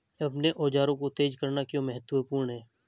अपने औजारों को तेज करना क्यों महत्वपूर्ण है?